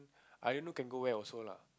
I don't know can go where also lah